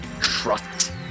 trust